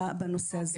בנושא הזה.